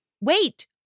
Wait